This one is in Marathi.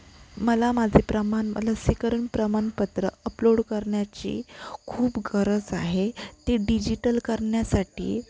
मला माझे प्रमाण लसीकरण प्रमाणपत्र अपलोड करण्याची खूप गरज आहे ते डिजिटल करण्यासाठी